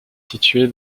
située